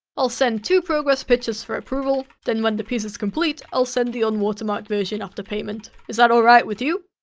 i'll send two progress pictures for approval, then when the piece is complete i'll send the unwatermarked version after payment. is that alright with you?